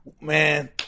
Man